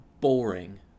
boring